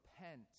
repent